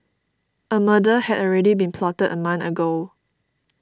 a murder had already been plotted a month ago